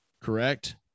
correct